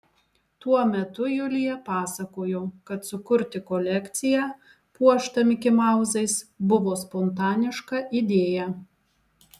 tuo metu julija pasakojo kad sukurti kolekciją puoštą mikimauzais buvo spontaniška idėja